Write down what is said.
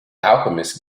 alchemist